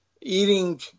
eating